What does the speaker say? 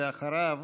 ואחריו,